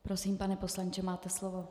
Prosím, pane poslanče, máte slovo.